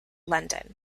london